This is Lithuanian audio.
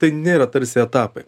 tai nėra tarsi etapai